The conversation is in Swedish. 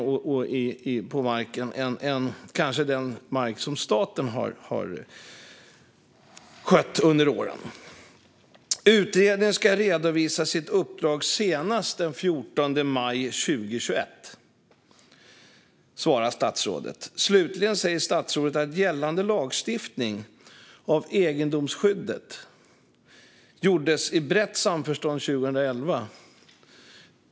Det kanske finns mer där än på den mark som staten har skött under åren. Utredningen ska redovisa sitt uppdrag senast den 14 maj 2021, svarar statsrådet. Slutligen säger statsrådet att gällande lagstiftning om egendomsskyddet gjordes i brett samförstånd 2011.